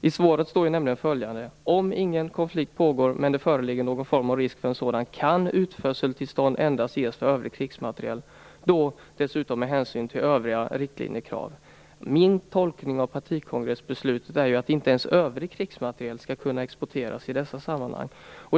I svaret sägs ju att om ingen konflikt pågår men det föreligger någon form av risk för en sådan kan utförseltillstånd endast ges för övrig krigsmateriel, dessutom med hänsyn till övriga riktlinjekrav. Min tolkning av partikongressbeslutet är att inte ens övrig krigsmateriel skall kunna exporteras i dessa sammanhang.